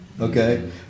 okay